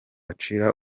gucira